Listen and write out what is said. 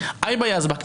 היבא יזבק,